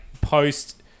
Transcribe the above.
post